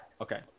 okay